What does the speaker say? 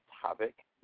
topic